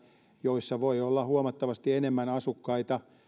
joissa voi olla huomattavasti enemmän asukkaita